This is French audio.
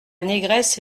négresse